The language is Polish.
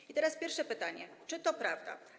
I teraz pierwsze pytanie: Czy to prawda?